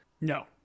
no